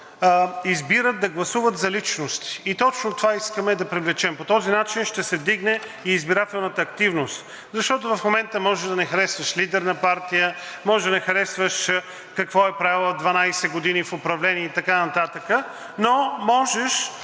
избират да гласуват за личности. Точно това искаме да привлечем. По този начин ще се вдигне и избирателната активност. Защото в момента може да не харесваш лидер на партия, може да не харесваш какво е правила 12 години в управление и така нататък, но можеш